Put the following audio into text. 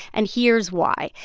and here's why.